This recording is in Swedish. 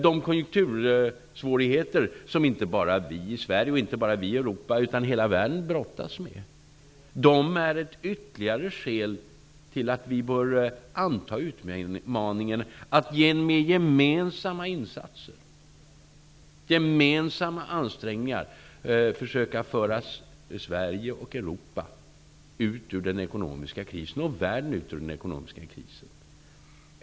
De konjunktursvårigheter som inte bara Sverige och Europa utan hela världen brottas med utgör ett ytterligare skäl till att vi bör anta utmaningen att med gemensamma insatser och ansträngningar försöka föra Sverige, Europa och världen ut ur den ekonomiska krisen.